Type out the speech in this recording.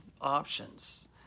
options